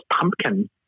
pumpkin